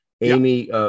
Amy